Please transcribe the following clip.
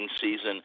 season